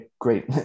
great